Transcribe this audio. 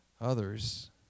others